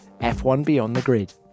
F1BeyondTheGrid